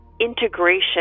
integration